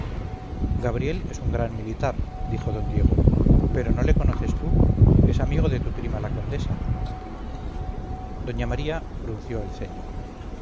gabriel es un gran militar dijo don diego pero no le conoces tú es amigo de tu prima la condesa doña maría frunció el ceño